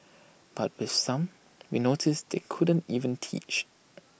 but with some we noticed they couldn't even teach